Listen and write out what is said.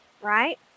Right